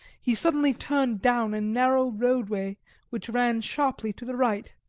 he suddenly turned down a narrow roadway which ran sharply to the right.